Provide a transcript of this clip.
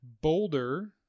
Boulder